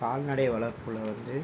கால்நடை வளர்ப்பில் வந்து